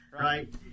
right